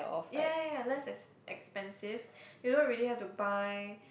ya ya ya less less expensive you don't really have to buy